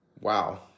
Wow